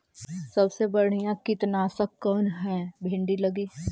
सबसे बढ़िया कित्नासक कौन है भिन्डी लगी?